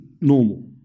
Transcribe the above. normal